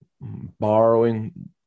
borrowing